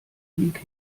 pik